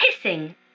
hissing